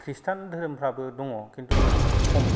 ख्रिष्टान धोरोमफोराबो दङ खिन्थु खम